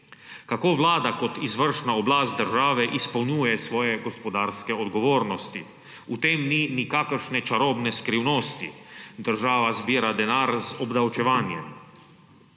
Kako vlada kot izvršna oblast države izpolnjuje svoje gospodarske odgovornosti, v tem ni nikakršne čarobne skrivnosti. Država zbira denar z obdavčevanjem.